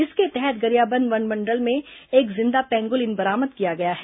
इसके तहत गरियाबंद वनमंडल में एक जिंदा पेंगोलिन बरामद किया गया है